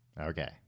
Okay